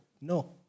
No